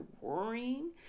worrying